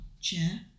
chair